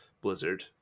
blizzard